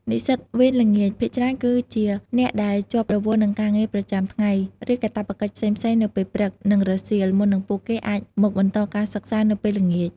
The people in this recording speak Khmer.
និស្សិតវេនល្ងាចភាគច្រើនគឺជាអ្នកដែលជាប់រវល់នឹងការងារប្រចាំថ្ងៃ ឬកាតព្វកិច្ចផ្សេងៗនៅពេលព្រឹក និងរសៀល មុននឹងពួកគេអាចមកបន្តការសិក្សានៅពេលល្ងាច។